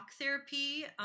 therapy